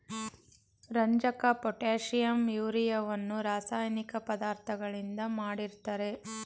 ರಂಜಕ, ಪೊಟ್ಯಾಷಿಂ, ಯೂರಿಯವನ್ನು ರಾಸಾಯನಿಕ ಪದಾರ್ಥಗಳಿಂದ ಮಾಡಿರ್ತರೆ